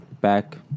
back